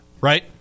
right